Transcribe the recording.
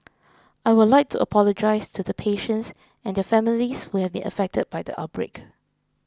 I would like to apologise to the patients and their families who have been affected by the outbreak